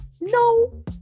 no